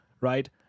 Right